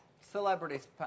Celebrities